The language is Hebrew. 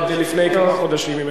עוד לפני כמה חודשים,